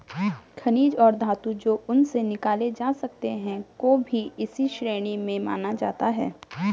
खनिज और धातु जो उनसे निकाले जा सकते हैं को भी इसी श्रेणी में माना जाता है